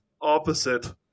opposite